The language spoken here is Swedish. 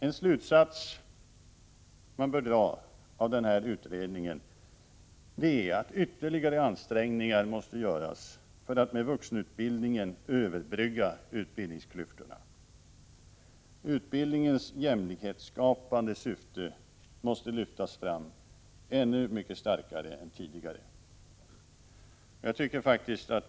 En slutsats man bör dra av den här utredningen är att ytterligare ansträngningar måste göras för att med vuxenutbildningen överbrygga utbildningsklyftorna. Utbildningens jämlikhetsskapande syfte måste lyftas fram ännu mycket starkare än tidigare.